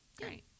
great